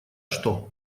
что